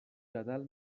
جدل